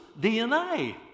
DNA